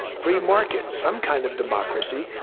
free markets. some kind of democracy.